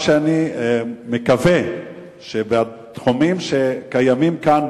אני מקווה שבתחומים שקיימים כאן,